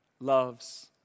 loves